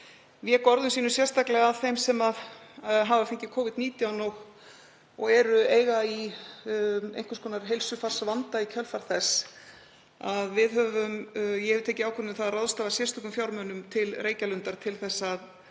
vék orðum sínum sérstaklega að þeim sem hafa fengið Covid-19 og eiga í einhvers konar heilsufarsvanda í kjölfar þess vil ég nefna að ég hef tekið ákvörðun um að ráðstafa sérstökum fjármunum til Reykjalundar til að